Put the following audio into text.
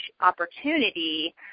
opportunity